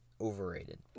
overrated